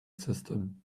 system